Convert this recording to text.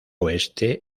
oeste